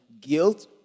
guilt